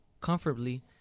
comfortably